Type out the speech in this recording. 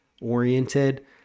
oriented